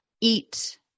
eat